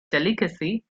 delicacy